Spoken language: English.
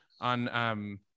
On